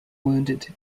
wounded